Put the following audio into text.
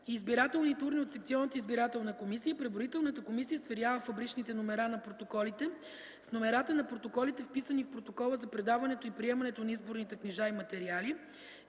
избирателните урни от секционната избирателна комисия преброителната комисия сверява фабричните номера на протоколите с номерата на протоколите, вписани в протокола за предаването и приемането на изборните книжа и материали,